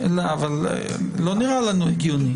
אבל לא נראה לנו הגיוני.